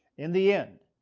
in the end,